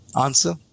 answer